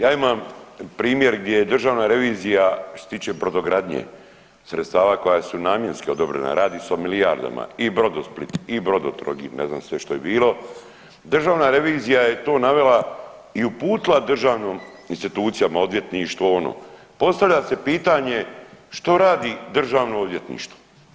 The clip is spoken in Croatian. Ja imam primjer gdje je Državna revizija što se tiče brodogradnje, sredstava koja su namjenski odobrena, radi se o milijardama i Brodosplit i Brodotrogir, ne znam sve što je bilo, Državna revizija je tu navela i uputila državnim institucijama, odvjetništvu, postavlja se pitanje što radi Državno odvjetništvo, ništa.